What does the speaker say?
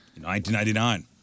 1999